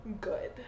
Good